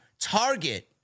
target